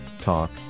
Talk